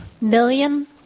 million